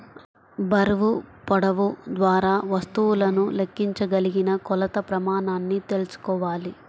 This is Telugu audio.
బరువు, పొడవు ద్వారా వస్తువులను లెక్కించగలిగిన కొలత ప్రమాణాన్ని తెల్సుకోవాలి